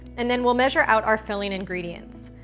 and then we'll measure out our filling ingredients.